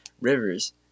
rivers